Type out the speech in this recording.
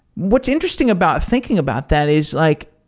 what's interesting about thinking about that is like